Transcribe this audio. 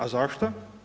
A zašto?